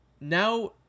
now